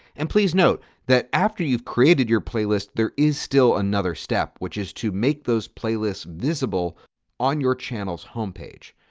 and please note that after you have created your playlist there is still another step which is to make those playlists visible on your channel's homepage.